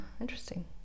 interesting